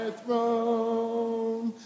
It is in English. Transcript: throne